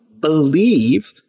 believe